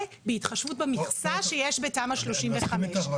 ובהתחשבות במכסה שיש בתמ"א 35. אני מסכים איתך,